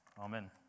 Amen